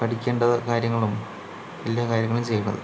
പഠിക്കേണ്ട കാര്യങ്ങളും എല്ലാ കാര്യങ്ങളും ചെയ്യണത്